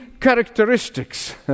characteristics